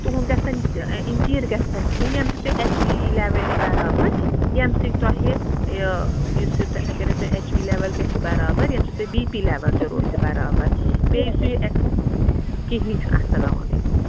تُہُنٛد گژھن اِنجیٖر گژھن کھیٚنۍ ییٚمہ سۭتۍ چھِ ایچ بی پی لیول یی برابر ییٚمہِ سۭتۍ تۄہہِ یہِ یُس یہِ تۄہہِ اگر ۂے تۄہہِ ایٚچ بی لٮ۪ول گژھِ برابر ییٚمہِ سۭتۍ تۄہہِ بی پی لیول تہِ روٗزِ برابر بیٚیہِ یُس یہِ کِہیٖنۍ چھُنہٕ اَسلام علیکُم